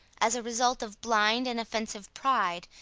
as a result of blind and offensive pride,